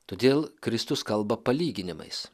todėl kristus kalba palyginimais